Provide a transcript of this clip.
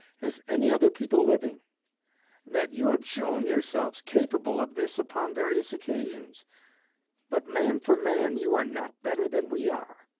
as any other people living that you have shown yourselves capable of this upon various occasions but man for man, you are not better than we are,